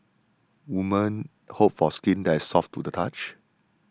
women hope for skin that is soft to the touch